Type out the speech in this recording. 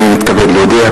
הנני מתכבד להודיע,